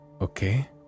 Okay